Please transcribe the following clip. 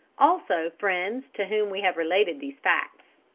also friends to whom we have related these facts.